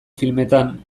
filmetan